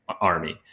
Army